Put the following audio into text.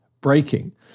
breaking